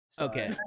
okay